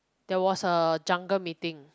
there was a jungle meeting